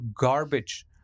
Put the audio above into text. garbage